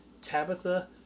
Tabitha